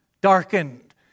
Darkened